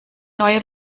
neue